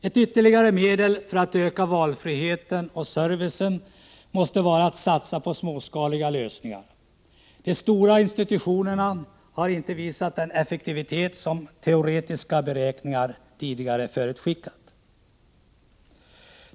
Ett ytterligare medel för att öka valfriheten och servicen måste vara att satsa på småskaliga lösningar. De stora institutionerna har inte visat den effektivitet som teoretiska beräkningar tidigare förutskickat.